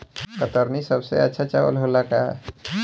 कतरनी सबसे अच्छा चावल होला का?